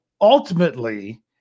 ultimately